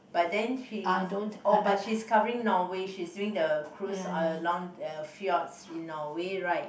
but then she is oh she is covering Norway she is doing the cruise uh the long field outs in Norway right